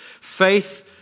faith